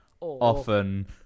often